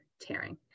tearing